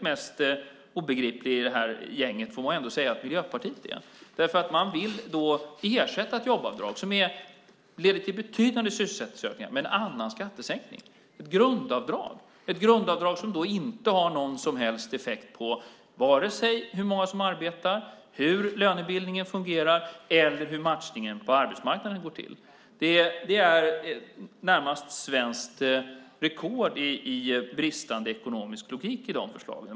Mest obegripligt i detta gäng är ändå Miljöpartiet. Man vill ersätta ett jobbavdrag som leder till betydande sysselsättningsökningar med en annan skattesänkning - ett grundavdrag. Det är ett grundavdrag som inte har någon som helst effekt på hur många som arbetar, hur lönebildningen fungerar eller hur matchningen på arbetsmarknaden går till. Det är närmast svenskt rekord i bristande ekonomisk logik i de förslagen.